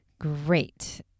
great